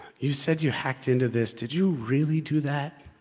you said you hacked into this, did you really do that?